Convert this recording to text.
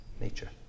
nature